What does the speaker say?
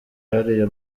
hariya